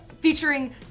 Featuring